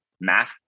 math